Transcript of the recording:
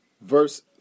verse